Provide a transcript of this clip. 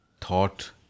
thought